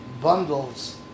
bundles